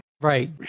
Right